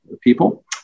people